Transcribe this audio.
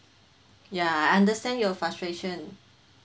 yeah I understand your frustration